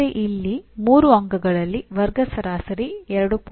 ಆದರೆ ಇಲ್ಲಿ 3 ಅಂಕಗಳಲ್ಲಿ ವರ್ಗ ಸರಾಸರಿ 2